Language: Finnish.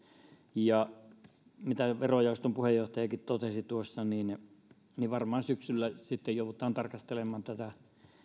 mitä verojaoston puheenjohtajakin totesi tuossa niin niin varmaan syksyllä joudutaan tarkastelemaan tätä